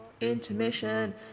intermission